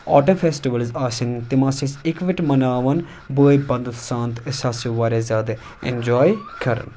autumn festivals آسن تِم ٲسۍ أسۍ اِکوَٹہٕ مَناوان بٲے بَندُت سان تہٕ أسۍ ہَسا چھِ واریاہ زیادٕ اِنجاے کَران